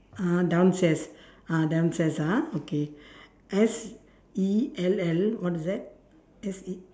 ah downstairs ah downstairs ah okay S E L L what is that S E